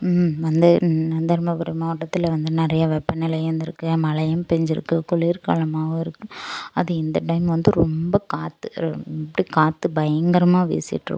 வந்து தருமபுரி மாவட்டத்தில் வந்து நிறையா வெப்ப நிலையும் இருக்கு மழையும் பெஞ்சிருக்கு குளிர்க் காலமாவும் இருக்குது அதுவும் இந்த டைம் வந்து ரொம்ப காத்து காத்து பயங்கரமாக வீசிட்ருக்கும்